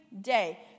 day